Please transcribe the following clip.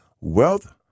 Wealth